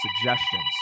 suggestions